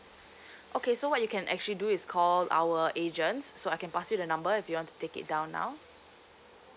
okay so what you can actually do is call our agents so I can pass you the number if you want to take it down now